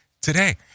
today